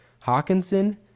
Hawkinson